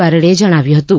બારડે જણાવ્યું હતું